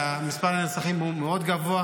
מספר הנרצחים מאוד גבוה,